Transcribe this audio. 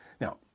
Now